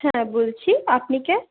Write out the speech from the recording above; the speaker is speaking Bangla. হ্যাঁ বলছি আপনি কে